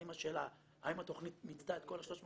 האם השאלה האם התכנית מיצתה את כל ה-371?